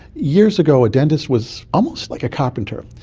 years ago a dentist was almost like a carpenter.